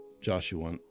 Joshua